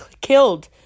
killed